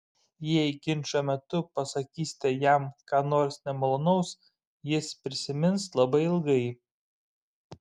jei ginčo metu pasakysite jam ką nors nemalonaus jis prisimins labai ilgai